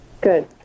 Good